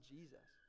Jesus